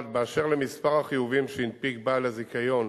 1. באשר למספר החיובים שהנפיק בעל הזיכיון